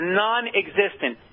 non-existent